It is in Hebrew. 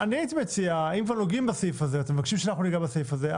אם אתם כבר מבקשים שניגע בסעיף הזה,